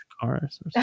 cars